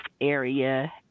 area